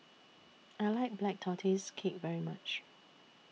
I like Black Tortoise Cake very much